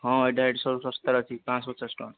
ହଁ ଏଇଟା ସବୁ ଶସ୍ତାରେ ଅଛି ପାଞ୍ଚଶହ ପଚାଶ ଟଙ୍କା